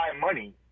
money